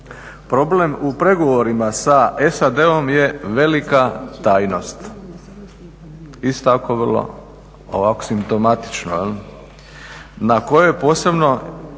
Problem u pregovorima sa SAD-om je velika tajnost, isto tako vrlo ovako simptomatično jel', na kojoj posebno